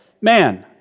Man